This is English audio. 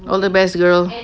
all the best girl